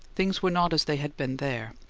things were not as they had been there,